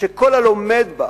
שכל הלומד בה